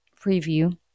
preview